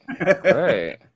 right